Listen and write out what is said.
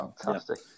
Fantastic